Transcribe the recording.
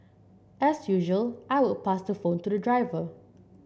as usual I would pass the phone to the driver